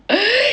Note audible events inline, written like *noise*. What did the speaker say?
*breath*